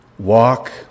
Walk